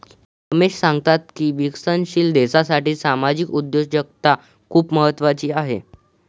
रमेश सांगतात की विकसनशील देशासाठी सामाजिक उद्योजकता खूप महत्त्वाची आहे